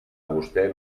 vostè